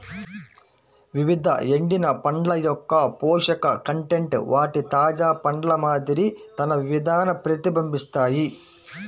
వివిధ ఎండిన పండ్ల యొక్కపోషక కంటెంట్ వాటి తాజా పండ్ల మాదిరి తన విధాన ప్రతిబింబిస్తాయి